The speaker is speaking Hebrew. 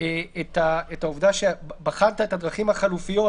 את העובדה שבחנת את הדרכים החלופיות,